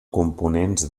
components